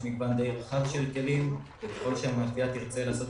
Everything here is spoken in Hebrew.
יש מגוון די רחב של כלים וככל שהמאפייה תרצה לעשות